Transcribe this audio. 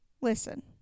Listen